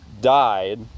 died